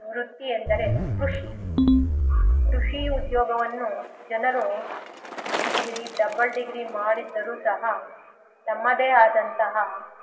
ವೃತ್ತಿ ಎಂದರೆ ಕೃಷಿ ಕೃಷಿ ಉದ್ಯೋಗವನ್ನು ಜನರು ಡಿಗ್ರಿ ಡಬಲ್ ಡಿಗ್ರಿ ಮಾಡಿದ್ದರೂ ಸಹ ತಮ್ಮದೇ ಆದಂತಹ